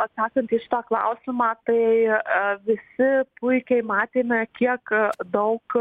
atsakant į šitą klausimą tai visi puikiai matėme kiek daug